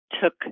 took